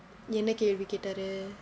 என்ன கேள்வி கேட்டாரு:enna kaelvi kaettaaru